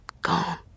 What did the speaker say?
Gone